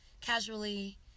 casually